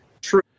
true